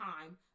time